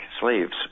slaves